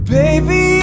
baby